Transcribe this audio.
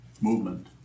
movement